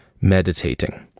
meditating